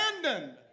abandoned